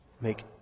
Make